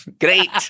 great